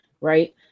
right